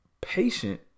patient